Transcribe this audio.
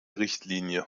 richtlinie